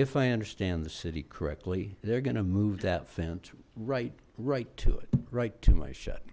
if i understand the city correctly they're gonna move that fence right right to it right to my shutting